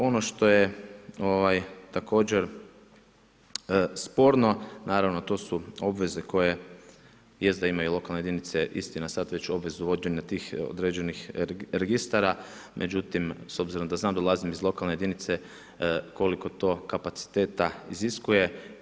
Ono što je također sporno, naravno to su obveze koje jest da imaju lokalne jedinice istina sad već obvezu vođenja tih određenih registara međutim s obzirom da znam, dolazim iz lokalne jedinice, koliko to kapaciteta iziskuje.